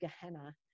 Gehenna